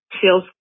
feels